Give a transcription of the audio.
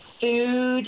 food